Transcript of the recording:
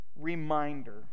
reminder